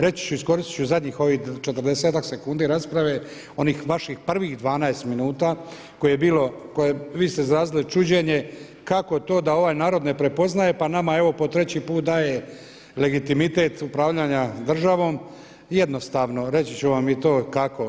Reći ću, iskoristiti ću zadnjih ovih 40-ak sekundi rasprave, onih vaših prvih 12 minuta koje je bilo, vi ste izrazili čuđenje kako to da ovaj narod ne prepoznaje pa nama evo po treći put daje legitimitet upravljanja državom, jednostavno, reći ću vam i to kako.